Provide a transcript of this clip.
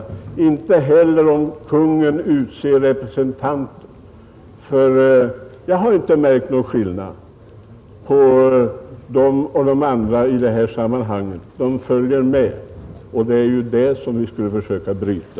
Det har det inte heller om Kungen utser representanter. Jag har inte märkt någon skillnad i det avseendet mellan dem och de andra. De följer med, och det är ju det som vi skulle försöka bryta.